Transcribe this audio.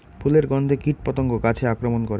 ফুলের গণ্ধে কীটপতঙ্গ গাছে আক্রমণ করে?